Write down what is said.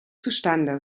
zustande